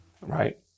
Right